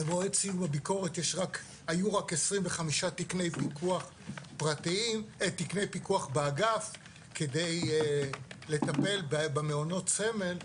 במועד סיום הביקורת היו רק 25 תקני פיקוח באגף כדי לטפל במעונות סמל.